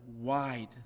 wide